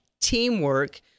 teamwork